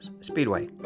Speedway